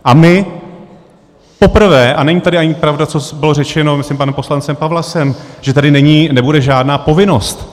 A my poprvé a není tady ani pravda, co bylo řečeno, myslím, panem poslancem Pawlasem, že tady není, nebude žádná povinnost.